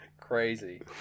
Crazy